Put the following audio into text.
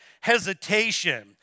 hesitation